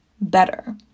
better